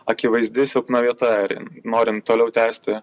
akivaizdi silpna vieta ir norint toliau tęsti